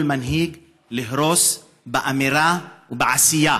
כל מנהיג, להרוס באמירה ובעשייה.